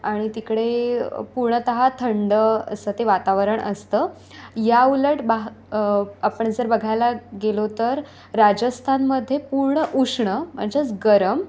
आणि तिकडे पूर्णतः थंड असं ते वातावरण असतं या उलट बाह् आपण जर बघायला गेलो तर राजस्थानमध्ये पूर्ण उष्ण म्हणजेच गरम